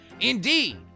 Indeed